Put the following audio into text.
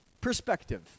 perspective